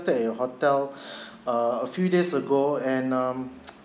stay your hotel uh a few days ago and um